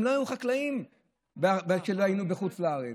הם לא היו חקלאים כשהיינו בחוץ לארץ.